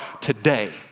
today